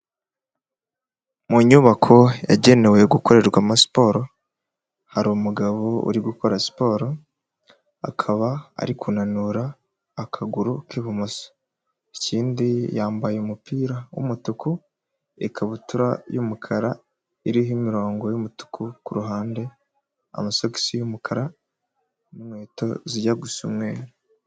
Mu nyubako yagenewe gukorerwamo siporo, hari umugabo uri gukora siporo, akaba ari kunanura akaguru k'ibumoso, ikindi yambaye umupira wumutuku, ikabutura y'umukara, iriho imirongo yumutuku, kuruhande, amasogisi y'umukara ninkweto zijya gusa umweru.